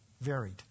varied